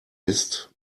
isst